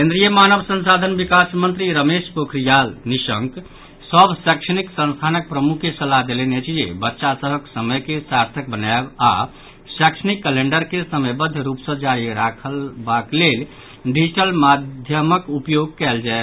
केन्द्रीय मानव संसाधन विकास मंत्री रमेश पोखरियाल निशंक सभ शैक्षणिक संस्थानक प्रमुख के सलाह देलनि अछि जे बच्चा सभक समय के सार्थक बनायब आओर शैक्षणिक कैलेंडर के समयबद्ध रूप सँ जारी रखबाक लेल डिजिटल माध्यकक उपयोग कयल जाय